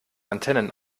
antennen